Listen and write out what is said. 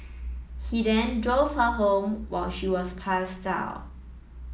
he then drove her home while she was passed out